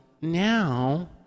now